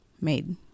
made